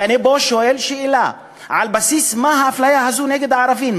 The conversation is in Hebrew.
ואני פה שואל שאלה: על בסיס מה האפליה הזו נגד ערבים?